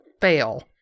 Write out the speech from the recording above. fail